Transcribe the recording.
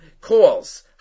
calls